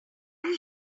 down